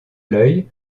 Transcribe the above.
l’œil